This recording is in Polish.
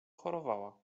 chorowała